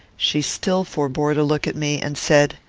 she still forbore to look at me, and said,